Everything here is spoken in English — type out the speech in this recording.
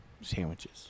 Sandwiches